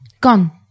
Gone